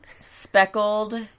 speckled